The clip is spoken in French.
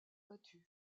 battu